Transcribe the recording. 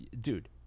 Dude